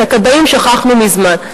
את הכבאים שכחנו מזמן.